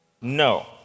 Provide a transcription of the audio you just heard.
No